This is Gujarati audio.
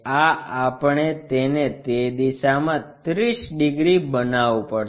આ આપણે તેને તે દિશામાં 30 ડિગ્રી બનાવવું પડશે